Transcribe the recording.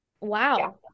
wow